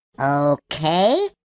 Okay